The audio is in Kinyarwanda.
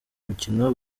mukino